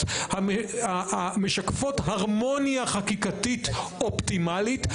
המשקפות הרמוניה חקיקתית אופטימלית.